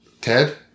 Ted